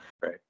Right